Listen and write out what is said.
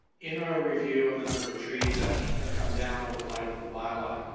in our review of the number of trees that have come down over the life of the by law,